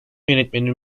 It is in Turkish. yönetmenin